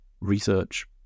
research